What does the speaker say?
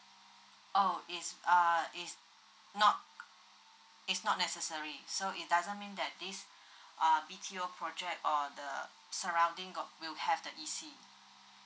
oh is uh is not is not necessary so it doesn't mean that this err B_T_O project or the surrounding got will have the E_C